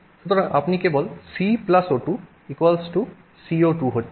সুতরাং আপনি কেবল C O2 → CO2 হচ্ছে